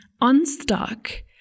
unstuck